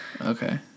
Okay